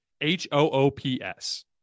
H-O-O-P-S